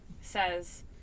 says